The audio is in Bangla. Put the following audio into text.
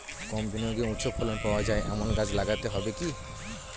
কম বিনিয়োগে উচ্চ ফলন পাওয়া যায় এমন গাছ লাগাতে হবে কি?